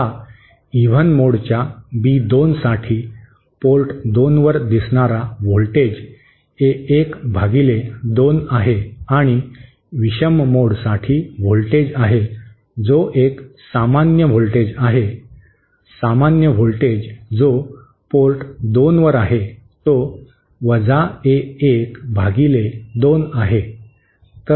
आता इव्हन मोडच्या बी 2 साठी पोर्ट 2 वर दिसणारा व्होल्टेज ए 1 भागिले 2 आहे आणि विषम मोडसाठी व्होल्टेज आहे जो एक सामान्य व्होल्टेज आहे सामान्य व्होल्टेज जो पोर्ट 2 वर आहे तो वजा ए 1 भागिले 2 आहे